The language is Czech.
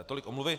Tolik omluvy.